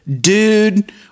dude